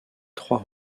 trois